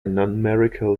numerical